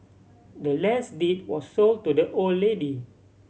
the land's deed was sold to the old lady